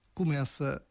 começa